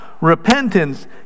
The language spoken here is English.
repentance